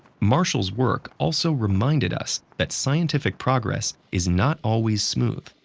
marshall's work also reminded us that scientific progress is not always smooth.